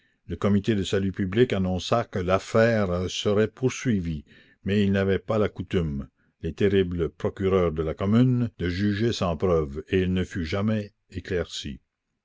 le comité de salut public annonça que l'affaire serait poursuivie mais ils n'avaient pas la coutume les terribles procureurs de la commune de juger sans preuves et elle ne fut jamais éclaircie